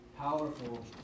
powerful